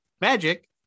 magic